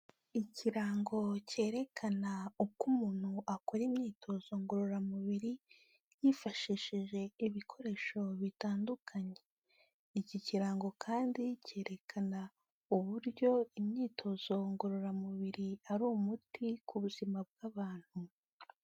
Ikirango cyerekana uko umuntu akora imyitozo ngororamubiri yifashishije ibikoresho bitandukanye. Iki kirango kandi cyerekana uburyo imyitozo ngororamubiri ari umuti ku buzima bw'abantu.